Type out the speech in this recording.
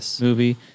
movie